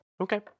Okay